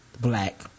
black